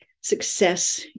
success